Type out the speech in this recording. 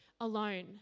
alone